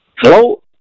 Hello